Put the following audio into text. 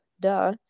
Duh